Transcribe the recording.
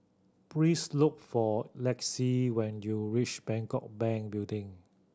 please look for Lexie when you reach Bangkok Bank Building